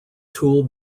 tool